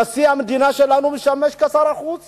נשיא המדינה שלנו משמש כשר החוץ